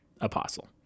apostle